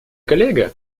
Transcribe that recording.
коллега